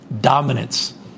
dominance